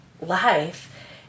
life